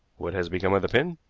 what has become of the pin?